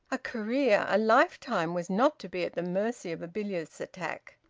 a career, a lifetime, was not to be at the mercy of a bilious attack,